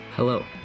Hello